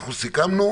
אנחנו סיכמנו,